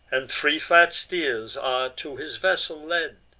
and three fat steers are to his vessel led,